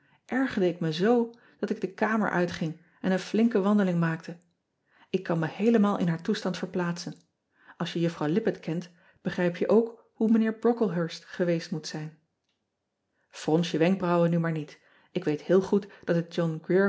ergerde ik me zoo dat ik de kamer uitging en een flinke wandeling maakte k kan me heelemaal in haar toestand verplaatsen ls je uffrouw ippett kent begrijp je ook hoe ijnheer rocklehurst geweest moet zijn rons je wenkbrauwen nu maar niet k weet heel goed dat het ohn